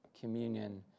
communion